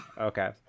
okay